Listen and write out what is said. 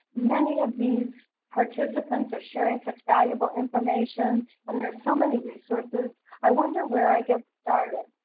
many of these participants are sharing such valuable information and there's so many resources i wonder where i get started?